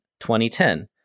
2010